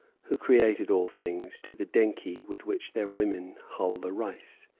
who created all things, to the denkhi with which their women hull the rice.